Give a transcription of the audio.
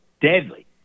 deadly